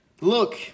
Look